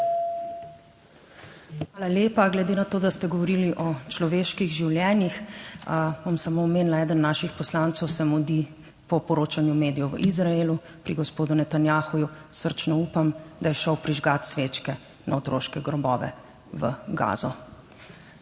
Hvala lepa. Glede na to, da ste govorili o človeških življenjih, bom samo omenila, eden naših poslancev se mudi, po poročanju medijev, v Izraelu pri gospodu Netanjahuju. Srčno upam, da je šel prižgat svečke na otroške grobove v Gazo,